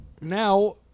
Now